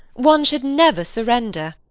one should never surrender.